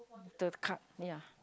the card ya